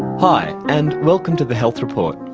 hi, and welcome to the health report.